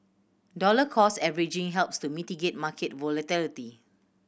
dollar cost averaging helps to mitigate market volatility